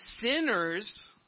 sinners